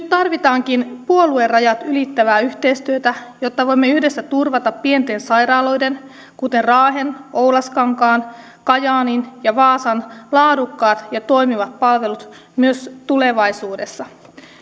tarvitaankin puoluerajat ylittävää yhteistyötä jotta voimme yhdessä turvata pienten sairaaloiden kuten raahen oulaskankaan kajaanin ja vaasan laadukkaat ja toimivat palvelut myös tulevaisuudessa